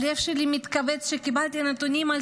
הלב שלי התכווץ כשקיבלתי נתונים על